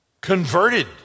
converted